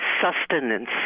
sustenance